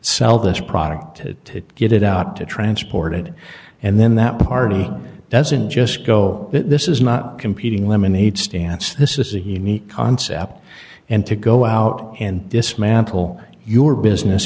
sell this product to get it out to transport it and then that party doesn't just go this is not competing lemonade stance this is a unique concept and to go out and dismantle your business